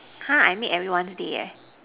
ha I make everyone's day eh